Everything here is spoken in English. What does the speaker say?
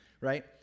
right